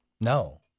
No